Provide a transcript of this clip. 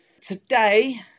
Today